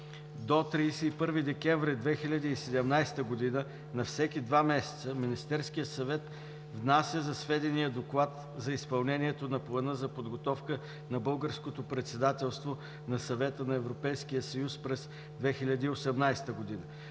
До 31 декември 2017 г. на всеки два месеца Министерският съвет внася за сведение доклад за изпълнението на Плана за подготовка на Българското председателство на Съвета на Европейския съюз през 2018 г.